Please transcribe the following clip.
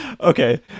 okay